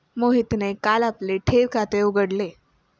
मोहितने काल आपले ठेव खाते उघडले